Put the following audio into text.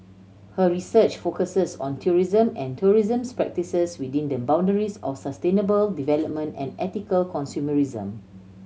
her research focuses on tourism and tourism's practices within the boundaries of sustainable development and ethical consumerism